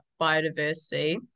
biodiversity